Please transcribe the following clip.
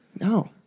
No